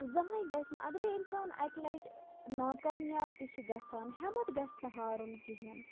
زٕہٕنۍ گَژھِ نہٕ اَگَرَے اِنسان اَکہِ لَٹہِ ناکامیاب تہِ چھِ گَژھان ہٮ۪متھ گَژھِ نہٕ ہارُن کِہیٖنۍ